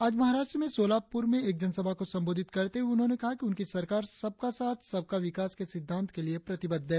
आज महाराष्ट्र में सोलापुर में एक जनसभा को संबोधित करते हुए उन्होंने कहा कि उनकी सरकार सबका साथ सबका विकास के सिद्धांत के लिए प्रतिबद्ध है